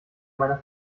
meiner